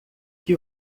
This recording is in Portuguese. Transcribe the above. que